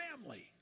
family